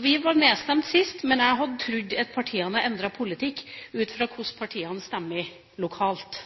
Vi ble nedstemt sist, men jeg hadde altså trodd at partiene hadde endret politikk ut fra hvordan partiene stemmer lokalt.